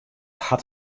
hat